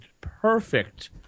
Perfect